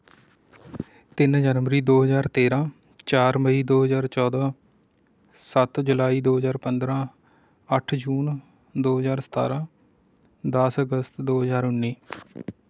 ਤਿੰਨ ਜਨਵਰੀ ਦੋ ਹਜ਼ਾਰ ਤੇਰਾਂ ਚਾਰ ਮਈ ਦੋ ਹਜ਼ਾਰ ਚੋਦ੍ਹਾਂ ਸੱਤ ਜੁਲਾਈ ਦੋ ਹਜ਼ਾਰ ਪੰਦਰ੍ਹਾਂ ਅੱਠ ਜੂਨ ਦੋ ਹਜ਼ਾਰ ਸਤਾਰਾਂ ਦਸ ਅਗਸਤ ਦੋ ਹਜ਼ਾਰ ਉੱਨੀ